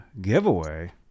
giveaway